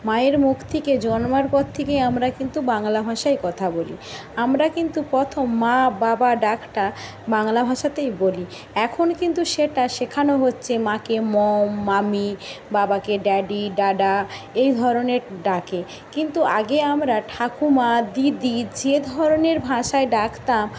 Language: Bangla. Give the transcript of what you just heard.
মায়ের মুখ থেকে জন্মার পর থেকেই আমরা কিন্তু বাংলা ভাষায় কথা বলি আমরা কিন্তু প্রথম মা বাবা ডাকটা বাংলা ভাষাতেই বলি এখন কিন্তু সেটা শেখানো হচ্ছে মাকে মম মামি বাবাকে ড্যাডি ডাডা এই ধরনের ডাকে কিন্তু আগে আমরা ঠাকুমা দিদি যে ধরনের ভাষায় ডাকতাম